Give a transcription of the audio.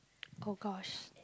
oh gosh